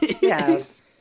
Yes